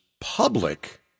public